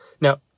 Now